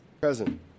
Present